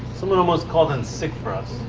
someone almost called in sick for us.